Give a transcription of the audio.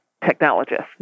technologists